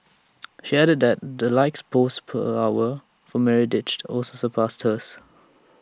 she added the likes per post for Meredith also surpassed hers